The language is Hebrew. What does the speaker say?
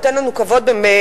הוא נותן לנו כבוד בחו"ל,